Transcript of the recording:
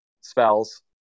spells